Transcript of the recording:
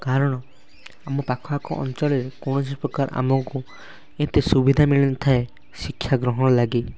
କାରଣ ଆମ ପାଖଆଖ ଅଞ୍ଚଳରେ କୌଣସି ପ୍ରକାର ଆମକୁ ଏତେ ସୁବିଧା ମିଳିନଥାଏ ଶିକ୍ଷା ଗ୍ରହଣ ଲାଗି